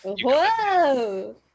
Whoa